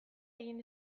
egin